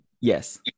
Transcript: Yes